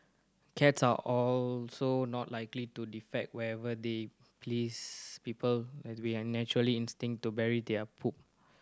cats are also not likely to defecate wherever they please people an natural instinct to bury their poop